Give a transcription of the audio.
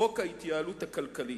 חוק ההתייעלות הכלכלית.